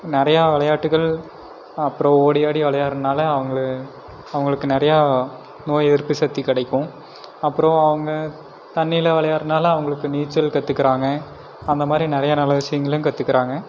நிறையா விளையாட்டுகள் அப்புறோம் ஓடி ஆடி விளையாற்னால அவங்களு அவங்களுக்கு நிறையா நோய் எதிர்ப்பு சக்தி கிடைக்கும் அப்புறோம் அவங்க தண்ணில விளையாற்னால அவங்களுக்கு நீச்சல் கற்றுக்கறாங்க அந்த மாரி நிறையா நல்ல விஷயங்களையும் கற்றுக்கறாங்க